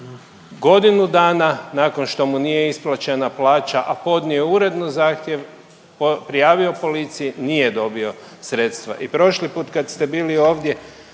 godinu dana nakon što mu nije isplaćena plaća, a podnio je uredno zahtjev, prijavio policiji, nije dobio sredstva. I prošli put kad ste bili ovdje